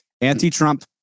anti-Trump